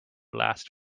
last